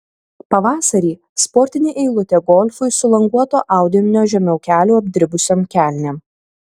pavasarį sportinė eilutė golfui su languoto audinio žemiau kelių apdribusiom kelnėm